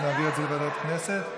אז נעביר את זה לוועדת הכנסת.